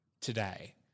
today